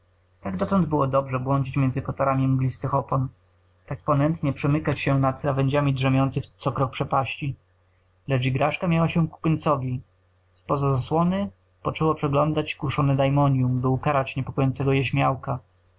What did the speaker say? tak dotąd było dobrze błądzić między kotarami mglistych opon tak ponętnie przemykać się nad krawędziami drzemiących co krok przepaści lecz igraszka miała się ku końcowi z poza zasłony poczęło przeglądać kuszone dajmonium by ukarać niepokojącego je śmiałka